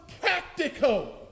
practical